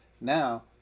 Now